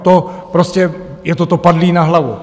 To prostě je toto padlé na hlavu.